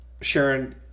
Sharon